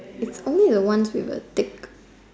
its only a once we will take